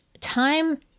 time